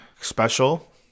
special